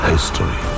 History